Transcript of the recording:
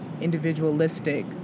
individualistic